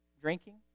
drinking